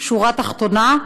בשורה תחתונה,